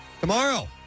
Tomorrow